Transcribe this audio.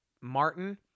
Martin